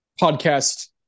podcast